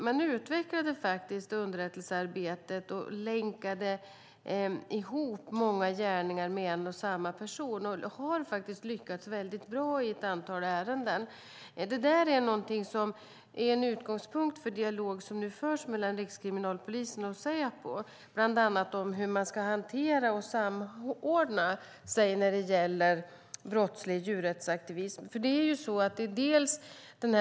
Man utvecklade underrättelsearbetet och länkade ihop många gärningar med en och samma person, och man har lyckats väldigt bra i ett antal ärenden. Detta är en utgångspunkt för den dialog som förs mellan Rikskriminalpolisen och Säpo, bland annat om hur man ska hantera och samordna sig när det gäller brottslig djurrättsaktivism.